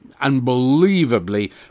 unbelievably